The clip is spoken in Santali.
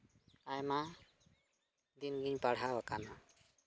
ᱟᱭᱢᱟ ᱫᱤᱱᱜᱤᱧ ᱯᱟᱲᱦᱟᱣ ᱟᱠᱟᱱᱟ